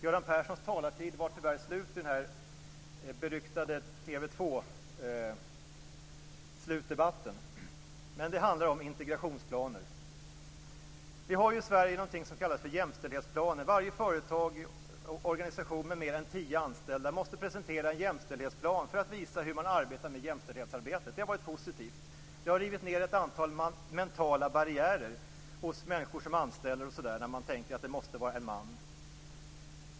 Göran Perssons taletid var tyvärr slut i den beryktade TV 2 slutdebatten. Det handlar om integrationsplaner. I Sverige har vi ju någonting som kallas för jämställdhetsplaner. Varje företag och organisation med mer än tio anställda måste presentera en jämställdhetsplan för att visa hur man arbetar med jämställdheten. Det har varit positivt. Det har rivit ned ett antal mentala barriärer hos människor som anställer när det gäller detta med att man tänker att det måste vara en man.